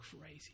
crazy